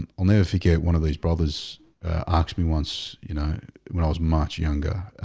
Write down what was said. and i'll never forget one of those brothers arcs me once you know when i was much younger